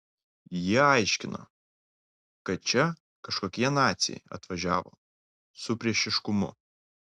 jie aiškino kad čia kažkokie naciai atvažiavo su priešiškumu